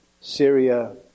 Syria